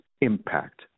impact